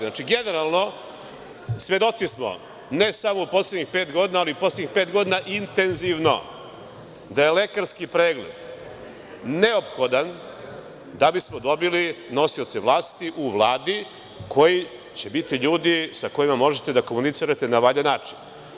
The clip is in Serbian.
Znači, generalno, svedoci smo, ne samo poslednjih pet godina, ali poslednjih pet godina intenzivno, da je lekarski pregled neophodan da bismo dobili nosioce vlasi u Vladi koji će biti ljudi sa kojima možete da komunicirate na valjan način.